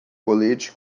colete